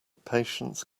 patience